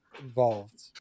involved